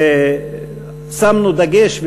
שמנו דגש,